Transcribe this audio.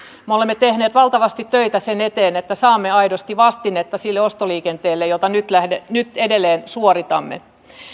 me olemme tehneet valtavasti töitä sen eteen että saamme aidosti vastinetta sille ostoliikenteelle jota nyt edelleen suoritamme